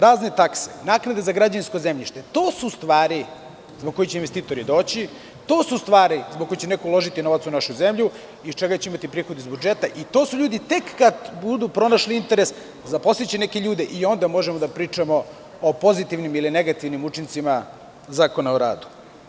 Razne takse, naknade za građevinsko zemljište, to su stvari zbog kojih će investitori doći, to su stvari zbog kojih će neko uložiti novac u našu zemlju iz čega će imati prihod iz budžeta i to su ljudi tek kada budu pronašli interes zaposliće neke ljude i onda možemo da pričamo o pozitivnim ili negativnim učincima zakona o radu.